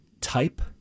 type